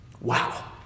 Wow